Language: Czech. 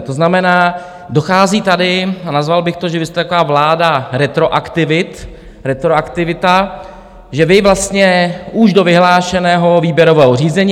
To znamená, dochází tady, nazval bych to, že vy jste taková vláda retroaktivit, retroaktivita, že vy vlastně už do vyhlášeného výběrového řízení...